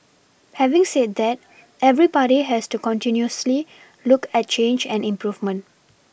having said that every party has to continuously look at change and improvement